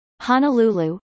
Honolulu